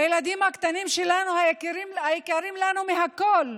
הילדים הקטנים שלנו, היקרים לנו מהכול,